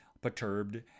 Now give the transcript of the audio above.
perturbed